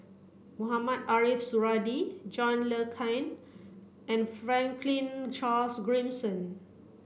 Mohamed Ariff Suradi John Le Cain and Franklin Charles Gimson